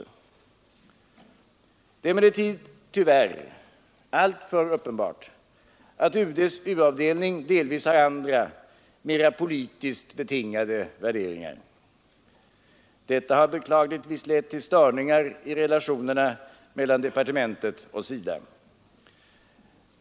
Det är emellertid tyvärr alltför uppenbart att UD:s u-avdelning delvis har andra, mera politiskt betingade värderingar. Detta har beklagligtvis lett till störningar i relationerna mellan departementet och SIDA.